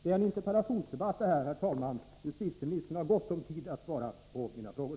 Detta är, herr talman, en interpellationsdebatt; justitieministern har gott om tid att svara på mina frågor.